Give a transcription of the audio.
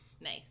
nice